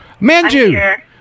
Manju